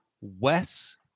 Wes